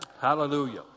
Hallelujah